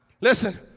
Listen